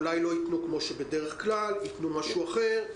אולי לא יתנו כמו שבדרך כלל, אולי יתנו משהו אחר.